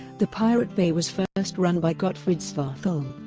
the pirate bay was first run by gottfrid svartholm